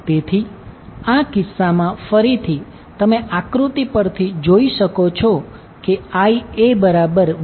તેથી આ કિસ્સામાં ફરીથી તમે આકૃતિ પરથી જોઈ શકો છો કે IaVanZY